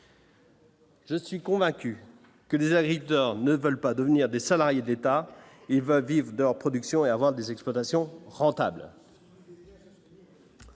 Je suis convaincu que les agriculteurs ne veulent pas devenir des salariés d'État, il va vivre de reproduction et avoir des exploitations rentables.